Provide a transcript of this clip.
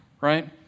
Right